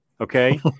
okay